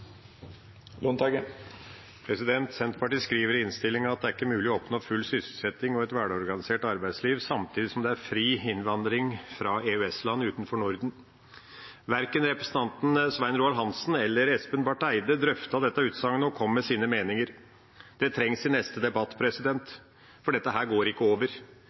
Senterpartiet skriver i innstillinga at det er ikke mulig å oppnå full sysselsetting og et velorganisert arbeidsliv samtidig som det er fri innvandring fra EØS-land utenfor Norden. Verken representanten Svein Roald Hansen eller representanten Espen Barth Eide drøftet dette utsagnet og kom med sine meninger. Det trengs i neste debatt, for dette går ikke over.